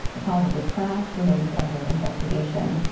the cause of this crash remains under investigation.